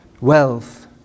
wealth